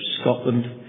Scotland